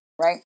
right